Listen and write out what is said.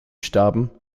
starben